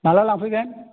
माब्ला लांफैगोन